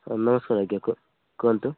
ହଁ ନମସ୍କାର ଆଜ୍ଞା କୁ କୁହନ୍ତୁ